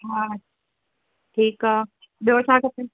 हा ठीकु आहे ॿियो छा खपे